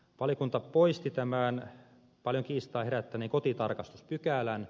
valiokunta poisti tämän paljon kiistää herättäneen kotitarkastuspykälän